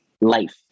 life